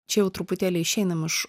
čia jau truputėlį išeinam iš